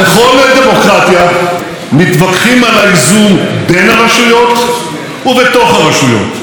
בכל דמוקרטיה מתווכחים על האיזון בין הרשויות ובתוך הרשויות,